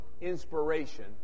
inspiration